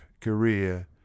career